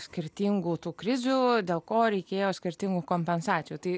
skirtingų tų krizių dėl ko reikėjo skirtingų kompensacijų tai